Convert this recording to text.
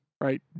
right